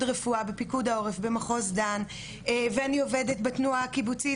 רפואה בפיקוד העורף במחוז דן ואני עובדת בתנועה הקיבוצית,